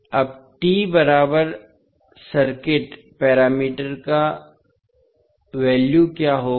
अब T बराबर circuit parameter का वैल्यू क्या होगा